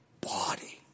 body